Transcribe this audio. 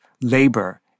labor